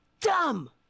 dumb